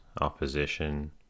opposition